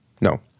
No